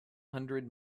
hundred